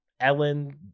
Ellen